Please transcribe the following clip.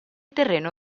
terreno